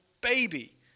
baby